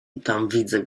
widzę